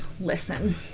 Listen